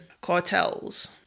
cartels